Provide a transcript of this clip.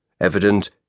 evident